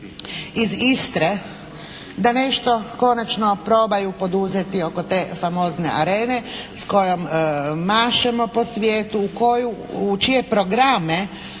iz Istre da nešto konačno probaju poduzeti oko te famozne Arene s kojom mašemo po svijetu, u čije programe